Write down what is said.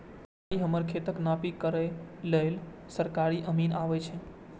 आइ हमर खेतक नापी करै लेल सरकारी अमीन आबै बला छै